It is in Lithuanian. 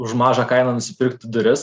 už mažą kainą nusipirkti duris